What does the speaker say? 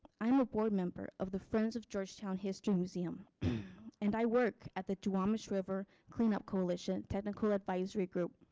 i'm a board member of the friends of georgetown history museum and i work at the duwamish river cleanup coalition technical advisory group.